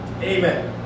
Amen